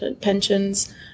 Pensions